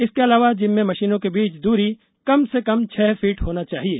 इसके अलावा जिम में मशीनों के बीच दूरी कम से कम छह फीट होना चाहिए